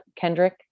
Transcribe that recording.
Kendrick